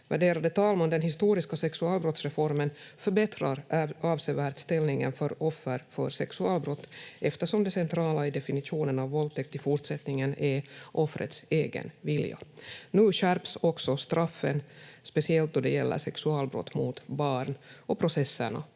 Värderade talman! Den historiska sexualbrottsreformen förbättrar avsevärt ställningen för offer för sexualbrott eftersom det centrala i definitionen av våldtäkt i fortsättningen är offrets egen vilja. Nu skärps också straffen, speciellt då det gäller sexualbrott mot barn, och processerna